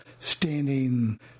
standing